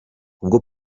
ubwo